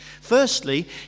firstly